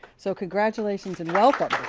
so congratulations and welcome!